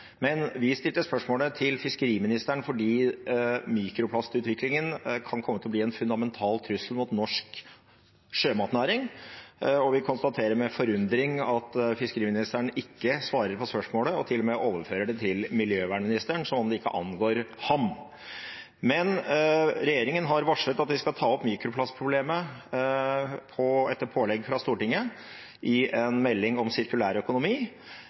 Vi stilte spørsmålet til fiskeriministeren fordi mikroplastutviklingen kan komme til å bli en fundamental trussel mot norsk sjømatnæring, og vi konstaterer med forundring at fiskeriministeren ikke svarer på spørsmålet og til og med overfører det til miljøvernministeren, som om det ikke angår ham. Regjeringen har varslet at de skal ta opp mikroplastproblemet, etter pålegg fra Stortinget, i en melding om sirkulær økonomi.